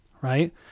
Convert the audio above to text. right